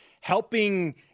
helping